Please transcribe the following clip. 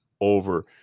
over